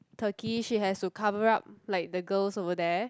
Turkey she has to cover up like the girls over there